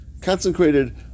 consecrated